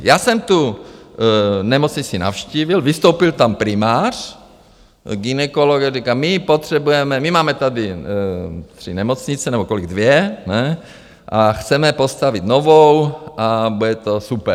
Já jsem tu nemocnici navštívil, vystoupil tam primář, gynekolog a říká: My potřebujeme, my máme tady tři nemocnice nebo kolik, dvě ne, a chceme postavit novou a bude to super.